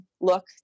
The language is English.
look